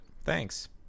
thanks